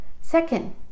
Second